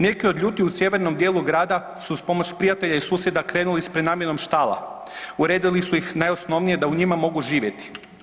Neki od ljudi u sjevernom dijelu grada su uz pomoć prijatelja i susjeda krenuli u prenamjenom štala, uredili su ih najosnovnije da u njima mogu živjeti.